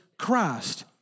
Christ